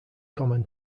common